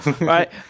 Right